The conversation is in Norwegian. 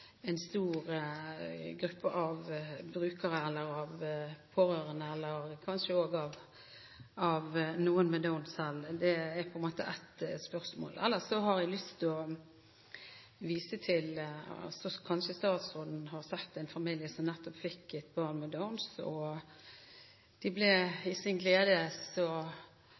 en stor gruppe av brukere, pårørende og kanskje også noen som selv har Downs. Det er på en måte ett spørsmål. Ellers har jeg lyst til å vise til – og som kanskje statsråden har sett – en familie som nettopp fikk et barn med Downs. De ble